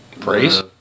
Praise